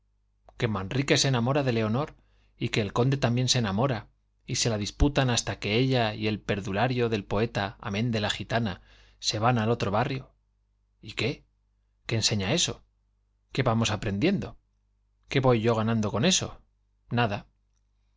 que manrique se enamora de leonor y que el conde también se enamora y se la disputan hasta que ella y el perdulario del poeta amén de la gitana se van al otro barrio y qué qué enseña eso qué vamos aprendiendo qué voy yo ganando con eso nada